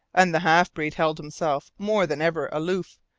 and the half-breed held himself more than ever aloof,